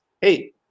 Hey